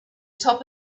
top